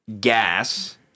gas